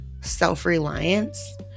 self-reliance